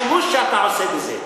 יש לי בעיה עם השימוש שאתה עושה בזה.